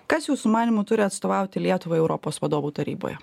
kas jūsų manymu turi atstovauti lietuvai europos vadovų taryboje